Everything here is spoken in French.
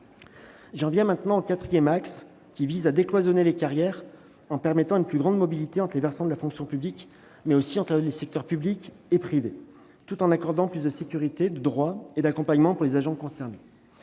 J'en viens maintenant au quatrième axe du projet de loi. Il s'agit de décloisonner les carrières en permettant une plus grande mobilité entre les versants de la fonction publique, mais aussi entre les secteurs public et privé, tout en accordant plus de sécurité, de droits et d'accompagnement pour les agents concernés.